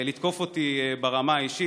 לתקוף אותי ברמה האישית.